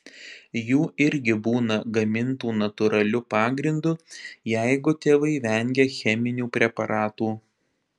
jų irgi būna gamintų natūraliu pagrindu jeigu tėvai vengia cheminių preparatų